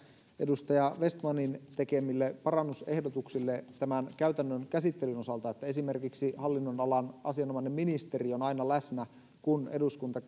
edustaja vestmanin tekemille parannusehdotuksille tämän käytännön käsittelyn osalta että esimerkiksi hallinnonalan asianomainen ministeri on aina läsnä kun eduskunta